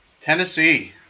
Tennessee